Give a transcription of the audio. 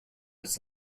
its